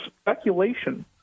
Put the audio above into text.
speculation